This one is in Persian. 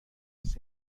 دست